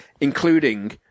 including